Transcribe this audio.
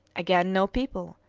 again no people,